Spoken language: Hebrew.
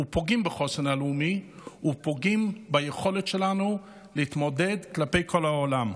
פוגעים בחוסן הלאומי ופוגעים ביכולת שלנו להתמודד כלפי כל העולם.